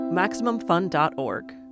MaximumFun.org